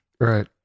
Right